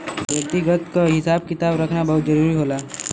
व्यक्तिगत वित्त क हिसाब किताब रखना बहुत जरूरी होला